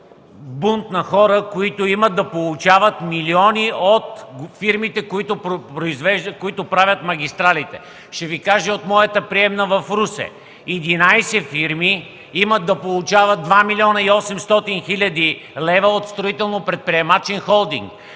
бунт на хора, които имат да получават милиони от фирмите, които произвеждат, които правят магистралите. Ще Ви кажа от моята приемна в Русе 11 фирми имат да получават 2 млн. 800 хил. лв. от „Строително-предприемачен холдинг”.